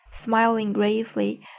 smiling gravely.